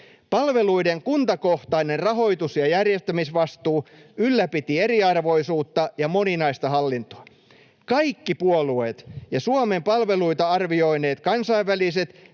Palveluiden kuntakohtainen rahoitus- ja järjestämisvastuu ylläpiti eriarvoisuutta ja moninaista hallintoa. Kaikki puolueet ja Suomen palveluita arvioineet kansainväliset